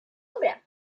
obra